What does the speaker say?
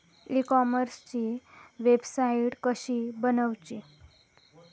E कॉमर्सची website कशी बनवची?